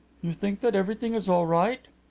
you think that everything is all right?